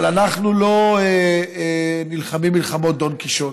אבל אנחנו לא נלחמים מלחמות דון קישוט.